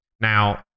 Now